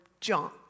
junk